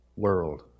world